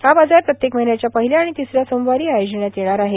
हा बाजार प्रत्येक महिन्याच्या पहिल्या आणि तिसऱ्या सोमवारी आयोजिण्यात येणार आहे